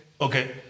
okay